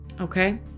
okay